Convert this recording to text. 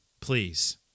please